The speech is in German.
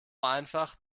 einfach